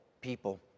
people